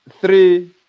three